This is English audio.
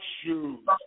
shoes